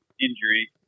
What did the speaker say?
injury